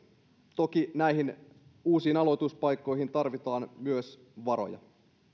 toki näihin uusiin aloituspaikkoihin tarvitaan myös varoja